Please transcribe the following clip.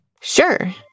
Sure